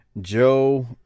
Joe